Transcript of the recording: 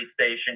Station